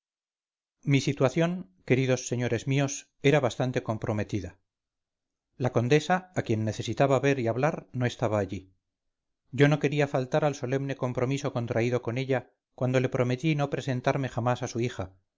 mi situación queridos señores míos era bastante comprometida la condesa a quien necesitaba ver y hablar no estaba allí yo no quería faltar al solemne compromiso contraído con ella cuando le prometí no presentarme jamás a su hija